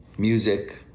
music,